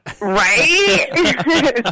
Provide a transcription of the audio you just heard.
Right